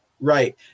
right